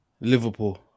liverpool